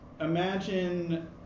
imagine